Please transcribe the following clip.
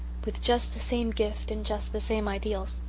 with just the same gift and just the same ideals.